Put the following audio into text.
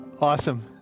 Awesome